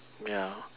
ya